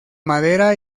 madera